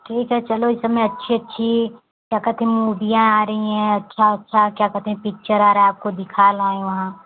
ठीक है चलो इस समय अच्छी अच्छी क्या कहते हैं मूवियाँ आ रही हैं अच्छा अच्छा क्या कहते है पिच्चर आ रहा है आपको दिखा लाए वहाँ